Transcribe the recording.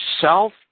self